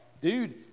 Dude